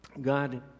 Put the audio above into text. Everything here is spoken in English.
God